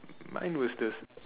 mine was the